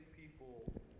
people